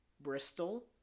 Bristol